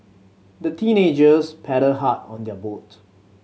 the teenagers paddled hard on their boat